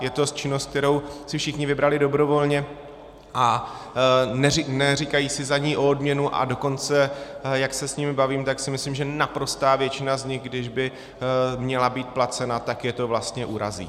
Je to činnost, kterou si všichni vybrali dobrovolně, a neříkají si za ni o odměnu, a dokonce, jak se s nimi bavím, tak si myslím, že naprostá většina z nich, kdyby měla být placena, tak je to vlastně urazí.